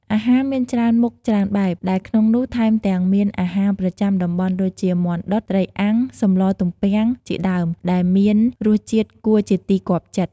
អាហារមានច្រើនមុខច្រើនបែប ដែលក្នុងនោះថែមទាំងមានអាហារប្រចាំតំបន់ដូចជា មាន់ដុត ត្រីអាំង សម្លទំពាំង ជាដើមដែលមានរស់ជាតិគួរជាទីគាប់ចិត្ត។